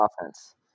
Offense